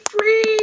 free